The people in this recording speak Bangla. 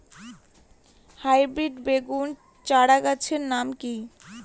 হাইব্রিড বেগুন চারাগাছের নাম কি?